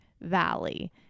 valley